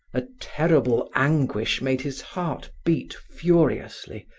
a terrible anguish made his heart beat furiously,